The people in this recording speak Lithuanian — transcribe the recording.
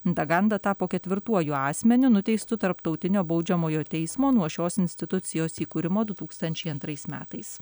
ntaganda tapo ketvirtuoju asmeniu nuteistu tarptautinio baudžiamojo teismo nuo šios institucijos įkūrimo du tūkstančiai antrais metais